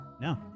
No